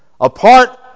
Apart